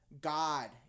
God